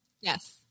Yes